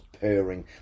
purring